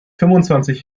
fünfundzwanzig